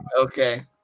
Okay